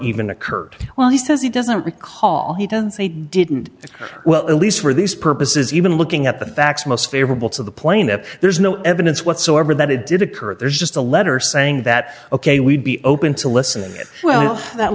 even occurred well he says he doesn't recall he doesn't say he didn't well at least for these purposes even looking at the facts most favorable to the plane that there's no evidence whatsoever that it did occur if there's just a letter saying that ok we'd be open to listening well that